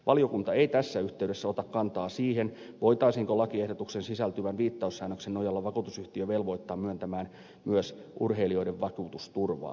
valiokunta ei tässä yhteydessä ota kantaa siihen voitaisiinko lakiehdotukseen sisältyvän viittaussäännöksen nojalla vakuutusyhtiö velvoittaa myöntämään myös urheilijoiden vakuutusturvaa